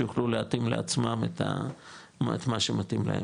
שיוכלו להתאים לעצמם את מה שמתאים להם.